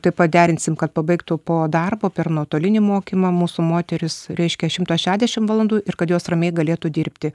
taip pat derinsim kad pabaigtų po darbo per nuotolinį mokymą mūsų moterys reiškia šimtą šedešim valandų ir kad jos ramiai galėtų dirbti